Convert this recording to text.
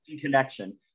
connection